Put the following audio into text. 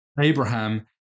Abraham